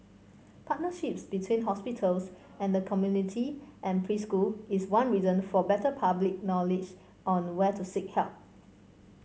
partnerships between hospitals and the community and preschool is one reason for better public knowledge on where to seek help